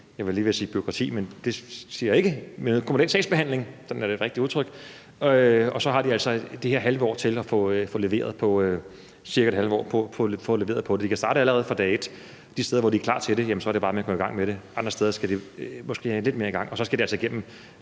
lige ved at sige bureaukrati, men det siger jeg ikke, men altså noget kommunal sagsbehandling – sådan er det rigtige udtryk – og så har de altså det her cirka halve år til at få leveret på det. Det kan starte allerede fra dag et, og de steder, hvor de er klar til det, er det bare med at komme i gang med det. Andre steder skal de måske have lidt mere tid til det, og så skal det altså, når